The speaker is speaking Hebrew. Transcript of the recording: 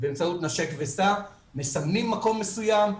באמצעות "נשק וסע" מסמנים מקום מסוים,